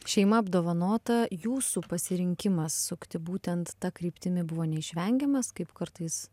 šeima apdovanota jūsų pasirinkimas sukti būtent ta kryptimi buvo neišvengiamas kaip kartais